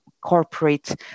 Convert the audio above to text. corporate